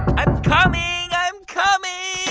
i'm coming. i'm coming